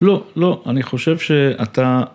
לא, לא, אני חושב שאתה...